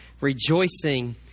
rejoicing